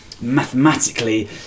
mathematically